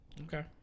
Okay